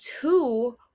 two